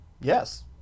Yes